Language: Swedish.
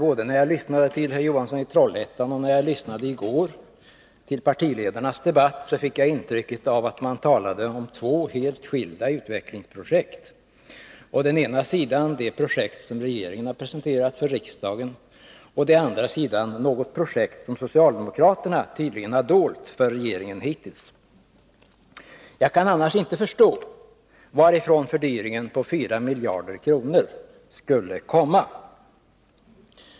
Både när jag lyssnade till Hilding Johansson och när jag lyssnade i går till partiledarnas debatt fick jag intrycket att man talade om två helt skilda utvecklingsprojekt: å ena sidan det projekt som regeringen har presenterat för riksdagen, å andra sidan något projekt som socialdemokraterna tydligen har dolt för regeringen hittills. Jag kan annars inte förstå varifrån fördyringen på 4 miljarder kronor skulle komma.